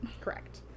Correct